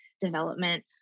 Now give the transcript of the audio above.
development